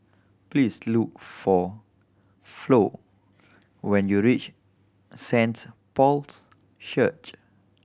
please look for Flo when you reach Saints Paul's Church